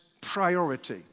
priority